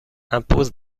impose